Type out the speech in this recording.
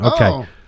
Okay